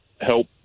help